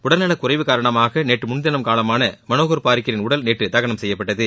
உடல்நலக் குறைவு காரணமாக நேற்று முன்தினம் காலமான மனோகர் பாரிக்கரின் உடல் நேற்று தகனம் செய்யப்பட்டது